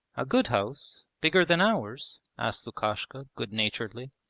a good house? bigger than ours asked lukashka good-naturedly.